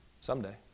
someday